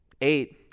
Eight